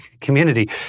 community